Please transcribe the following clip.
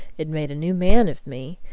it made a new man of me,